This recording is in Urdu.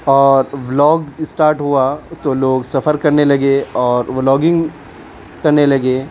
اور ولاگ اسٹارٹ ہوا تو لوگ سفر کرنے لگے اور ولاگنگ کرنے لگے